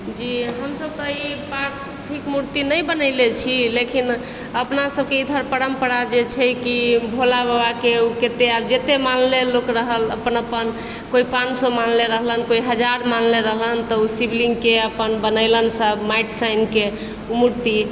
जी हमसभ तऽ ई पार्थिव मूर्ति नहि बनेलै छी लेकिन अपना सभकेँ इधर परम्परा जे छै कि भोलाबाबाके ओ कतए जतए मानले लोक रहल अपन अपन कोई पाँच सए मानले रहलन कोई हजार मानले रहलन तऽ ओ शिवलिङ्गके अपन बनेलैन सभ माटि सानिके ओ मूर्ति